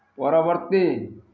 ପରବର୍ତ୍ତୀ